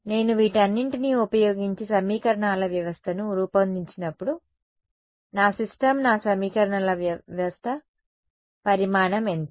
నేను వీటన్నింటిని ఉపయోగించి సమీకరణాల వ్యవస్థను రూపొందించినప్పుడు నా సిస్టమ్ నా సమీకరణాల వ్యవస్థ పరిమాణం ఎంత